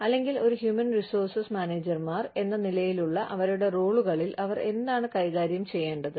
അല്ലെങ്കിൽ ഒരു human resource മാനേജർമാർ എന്ന നിലയിലുള്ള അവരുടെ റോളുകളിൽ അവർ എന്താണ് കൈകാര്യം ചെയ്യേണ്ടത്